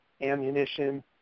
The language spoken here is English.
ammunition